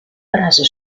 frase